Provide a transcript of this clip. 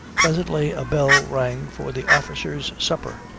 presently a bell rang for the officers' supper.